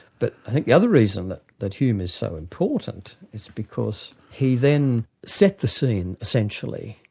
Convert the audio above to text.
but i think the other reason that that hume is so important is because he then set the scene, essentially,